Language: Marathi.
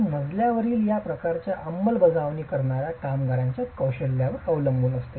हे मजल्यावरील या प्रकारची अंमलबजावणी करणार्या कामगारांच्या कौशल्यावर बरेच अवलंबून आहे